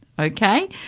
Okay